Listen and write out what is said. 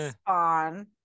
Spawn